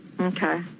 Okay